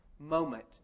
moment